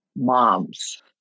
Moms